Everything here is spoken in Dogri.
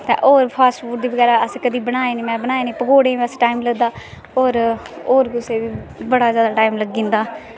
तां होर फास्टफूड़ ते बगैरा में कदैं बनाया निं पकौड़े गी बैसे टाईम लगदा होर कुसै गी बड़ा जादा टाईम लग्गी जंदा